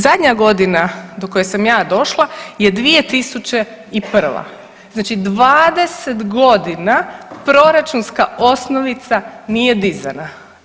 Zadnja godina do koje sam ja došla je 2001., znači 20.g. proračunska osnovica nije dizana.